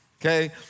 okay